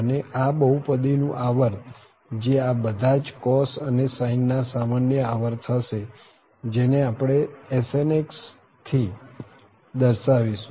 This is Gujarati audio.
અને આ બહુપદી નું આવર્ત જે આ બધા જ cos અને sine ના સામાન્ય આવર્ત હશે જેને આપણે Sn થી દર્શાવીશું